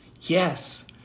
Yes